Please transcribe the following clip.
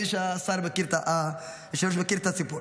נדמה לי שהיושב-ראש מכיר את הסיפור.